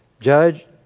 Judge